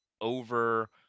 over